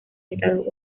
estados